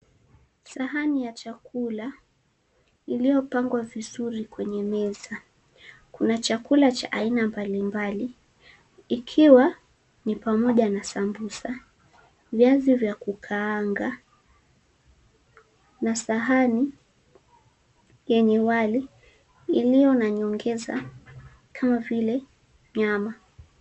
Sahani ya chakula, iliyopangwa vizuri kwenye meza. Kuna chakula cha aina mbalimbali ikiwa ni pamoja na sambusa, viazi vya kukaanga na sahani yeneye wali iliyo na nyongeza kama vile nyama.